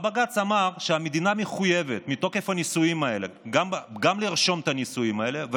בג"ץ אמר שהמדינה מחויבת גם מתוקף הנישואים האלה לרשום